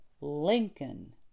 Lincoln